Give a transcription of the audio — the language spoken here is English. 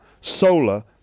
solar